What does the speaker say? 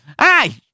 Hey